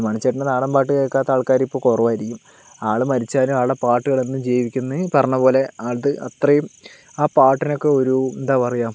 മണിച്ചേട്ടൻ്റെ നാടൻ പാട്ട് കേൾക്കാത്ത ആൾക്കാർ ഇപ്പോൾ കുറവായിരിക്കും ആൾ മരിച്ചാലും ആളുടെ പാട്ടുകൾ എന്നും ജീവിക്കുമെന്ന് ഈ പറഞ്ഞപോലെ ആളുടേത് അത്രയും ആ പാട്ടിനെയൊക്കെ ഒരു എന്താണ് പറയുക